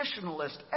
traditionalist